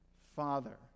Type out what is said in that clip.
Father